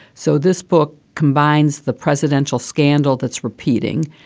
so this book combines the presidential scandal that's repeating,